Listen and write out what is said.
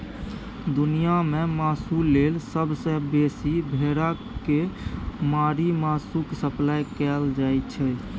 दुनियाँ मे मासु लेल सबसँ बेसी भेड़ा केँ मारि मासुक सप्लाई कएल जाइ छै